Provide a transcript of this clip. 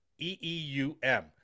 EEUM